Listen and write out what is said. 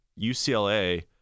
UCLA